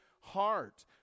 heart